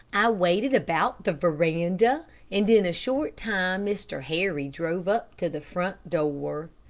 i waited about the veranda, and in a short time mr. harry drove up to the front door.